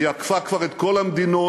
היא עקפה כבר את כל המדינות